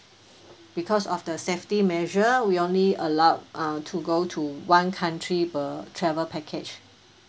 because of the safety measure we only allowed uh to go to one country per travel package